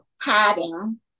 padding